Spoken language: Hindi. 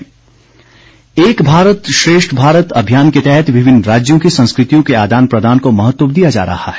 एक भारत श्रेष्ठ भारत एक भारत श्रेष्ठ भारत अभियान के तहत विभिन्न राज्यों की संस्कृतियों के आदान प्रदान को महत्व दिया जा रहा है